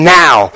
now